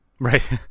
Right